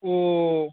ও